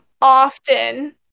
often